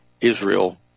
Israel